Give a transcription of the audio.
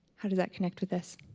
how do that connect with this?